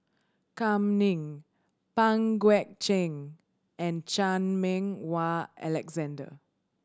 Kam Ning Pang Guek Cheng and Chan Meng Wah Alexander